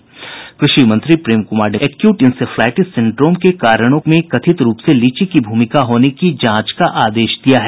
कृषि विभाग ने एक्यूट इंसेफ्लाईटिस सिंड्रोम के कारणों में कथित रूप से लीची की भूमिका होने की जांच का आदेश दिया है